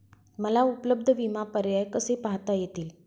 मला उपलब्ध विमा पर्याय कसे पाहता येतील?